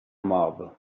mob